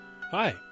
Hi